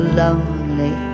lonely